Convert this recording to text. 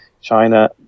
China